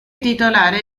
titolare